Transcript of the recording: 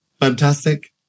Fantastic